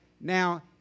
Now